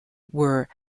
were